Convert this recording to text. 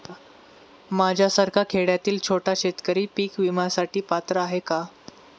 माझ्यासारखा खेड्यातील छोटा शेतकरी पीक विम्यासाठी पात्र आहे का?